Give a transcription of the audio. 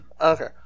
okay